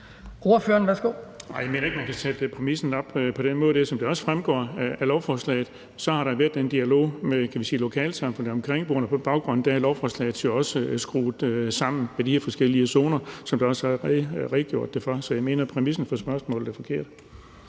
Bonnesen (V): Jeg mener ikke, man kan sætte præmissen op på den måde der. Som det også fremgår af lovforslaget, har der været en dialog med lokalsamfundet og de omkringboende, og lovforslaget er også skruet sammen på baggrund af det i forhold til de her forskellige zoner, som der også er redegjort for. Så jeg mener, at præmissen for spørgsmålet er forkert.